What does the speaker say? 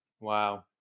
Wow